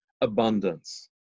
abundance